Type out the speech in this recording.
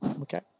Okay